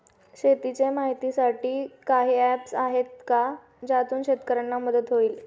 शेतीचे माहितीसाठी काही ऍप्स आहेत का ज्यातून शेतकऱ्यांना मदत होईल?